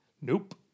Nope